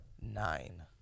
nine